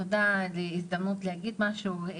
תודה על ההזדמנות להגיד משהו.